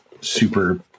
super